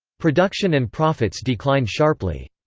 production and profits declined sharply.